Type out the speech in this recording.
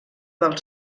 del